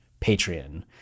Patreon